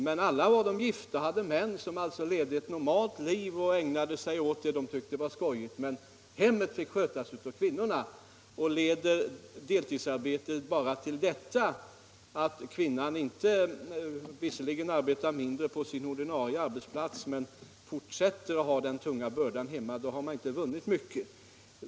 Men flertalet var gifta och hade män som levde ett normalt liv och ägnade sig åt det som de tyckte var skojigt. Hemmet fick skötas av kvinnorna. Leder deltidsarbete bara till att kvinnan visserligen arbetar mindre på sin arbetsplats utom hemmet men fortsätter att ha den tunga bördan hemma, har man inte vunnit mycket.